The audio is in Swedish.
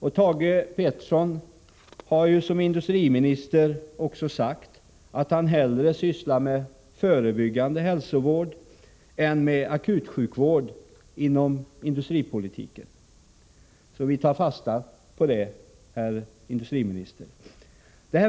Thage Peterson har ju också sagt att han som industriminister hellre sysslar med förebyggande hälsovård än med akutsjukvård inom näringspolitiken. Vi tar fasta på det, herr industriminister!